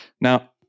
Now